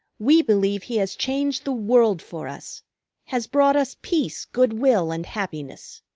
we believe he has changed the world for us has brought us peace, good-will, and happiness.